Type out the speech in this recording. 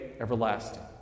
everlasting